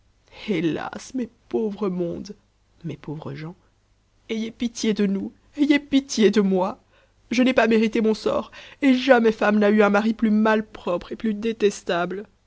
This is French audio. hélas mes pauvres mondes mes pauvres gens ayez pitié de nous ayez pitié de moi je n'ai pas mérité mon sort et jamais femme n'a eu un mari plus malpropre et plus détestable